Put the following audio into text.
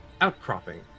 outcropping